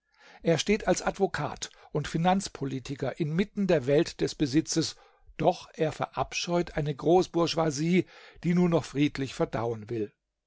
er steht als advokat und finanzpolitiker inmitten der welt des besitzes doch er verabscheut eine großbourgeoisie die nur noch friedlich verdauen will